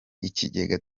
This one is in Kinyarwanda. ikigega